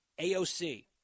AOC